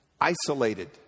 isolated